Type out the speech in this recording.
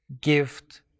gift